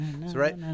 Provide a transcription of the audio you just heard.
right